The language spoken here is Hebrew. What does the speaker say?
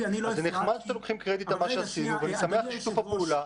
אז זה נחמד שאתם לוקחים קרדיט על מה שעשינו ואני שמח על שיתוף הפעולה,